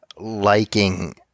liking